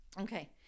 Okay